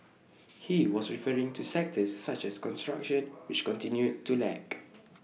he was referring to sectors such as construction which continued to lag